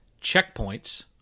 checkpoints